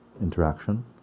interaction